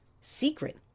secret